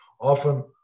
often